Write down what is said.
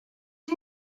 you